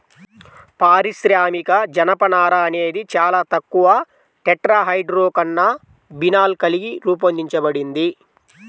పారిశ్రామిక జనపనార అనేది చాలా తక్కువ టెట్రాహైడ్రోకాన్నబినాల్ కలిగి రూపొందించబడింది